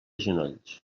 genolls